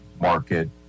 market